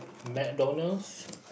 McDonald's